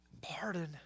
pardon